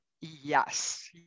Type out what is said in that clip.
Yes